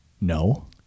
No